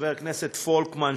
חבר הכנסת פולקמן,